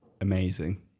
amazing